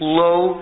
low